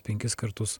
penkis kartus